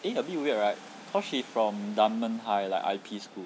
eh a bit weird right cause she from dunman high like I_P school